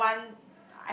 so I want